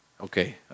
Okay